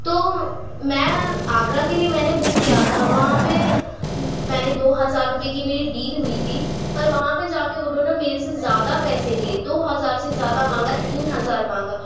تو میں آگرہ کے لیے میں نے بک کیا تھا وہاں پہ میں نے دو ہزار روپے کی میری ڈیل ہوئی تھی پر وہاں پہ جا کے انہوں نے میرے سے زیادہ پیسے لیے دو ہزار سے زیادہ مانگا تین ہزار مانگا